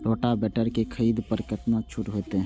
Rotavator के खरीद पर केतना छूट होते?